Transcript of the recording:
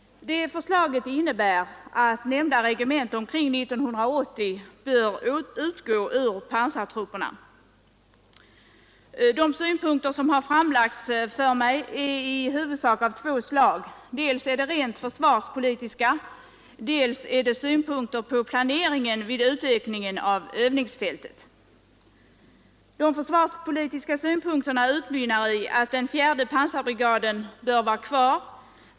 Det förslaget innebär att nämnda regemente omkring år 1980 bör utgå ur pansartrupperna. De synpunkter som har framförts till mig är i huvudsak av två slag — dels rent försvarspolitiska, dels synpunkter på planeringen vid utökningen av övningsfältet. Uttalandena om de försvarspolitiska aspekterna utmynnar i att den fjärde pansarbrigaden bör vara kvar.